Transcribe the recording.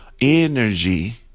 energy